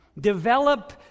Develop